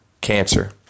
cancer